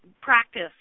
practice